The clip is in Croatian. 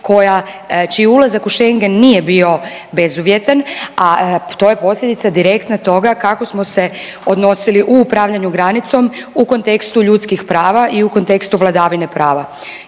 čiji ulazak u Schengen nije bio bezuvjetan, a to je posljedica direktna toga kako smo se odnosili u upravljanju granicom u kontekstu ljudskih prava i u kontekstu vladavine prava.